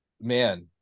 man